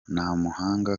ntamuhanga